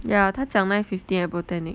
yeah 他讲 nine fifteen at botanic